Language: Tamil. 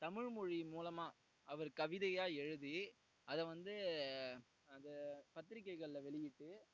தமிழ் மொழியின் மூலமாக அவர் கவிதையாக எழுதி அதை வந்து அது பத்திரிக்கைகளில் வெளியிட்டு